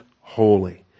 holy